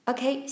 Okay